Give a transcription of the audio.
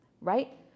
right